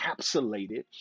encapsulated